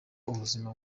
ubuzima